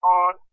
on